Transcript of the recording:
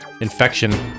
infection